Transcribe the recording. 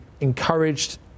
encouraged